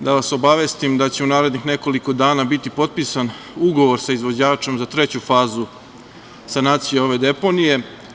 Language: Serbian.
da vas obavestim da će u narednih nekoliko dana biti potpisan ugovor sa izvođačem za treću fazu sanacije ove deponije.